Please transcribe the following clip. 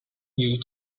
you